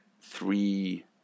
three